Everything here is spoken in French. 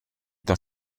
dans